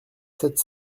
sept